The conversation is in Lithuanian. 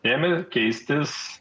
ėmė keistis